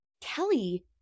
Kelly